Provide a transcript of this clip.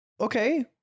Okay